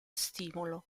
stimolo